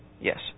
Yes